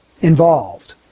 involved